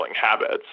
habits